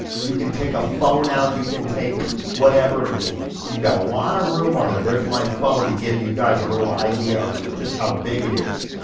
you can take a phone out, you can take whatever, and you've got a lot of room on there. there's my phone to give you guys a little idea of just how big it is,